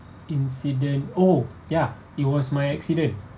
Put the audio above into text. incident oh ya it was my accident